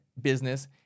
business